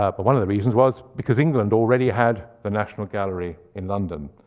ah but one of the reasons was, because england already had the national gallery in london.